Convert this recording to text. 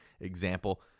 example